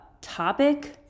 topic